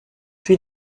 puis